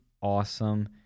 awesome